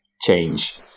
change